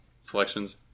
selections